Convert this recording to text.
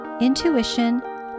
intuition